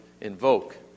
invoke